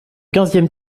quinzième